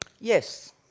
Yes